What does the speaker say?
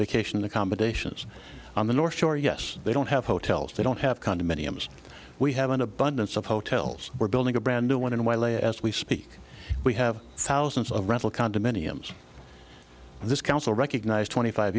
cation accommodations on the north shore yes they don't have hotels they don't have condominiums we have an abundance of hotels we're building a brand new one in a while a as we speak we have thousands of rental condominiums this council recognized twenty five